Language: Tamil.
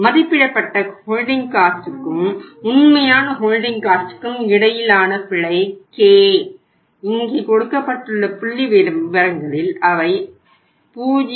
மதிப்பிடப்பட்ட ஹோல்டிங் காஸ்ட்டுக்கும் உண்மையான ஹோல்டிங் காஸ்ட்டுக்கும் இடையிலான பிழை k இங்கே கொடுக்கப்பட்ட புள்ளிவிவரங்களில் அவை 0